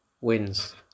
wins